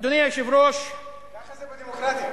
ככה זה בדמוקרטיה.